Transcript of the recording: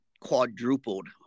quadrupled